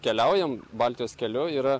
keliaujam baltijos keliu yra